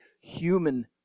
human